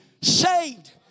saved